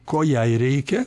ko jai reikia